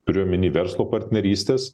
turiu omeny verslo partnerystes